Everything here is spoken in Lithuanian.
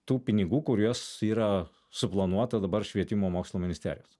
tų pinigų kuriuos yra suplanuota dabar švietimo mokslo ministerijos